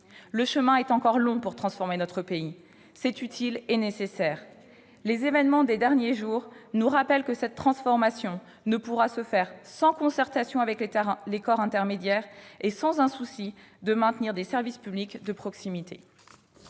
Le chemin est encore long pour transformer notre pays ; c'est utile et nécessaire. Les événements des derniers jours nous rappellent que cette transformation ne pourra se faire sans concertation avec les corps intermédiaires et sans le maintien de services publics de proximité.